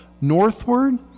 northward